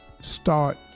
start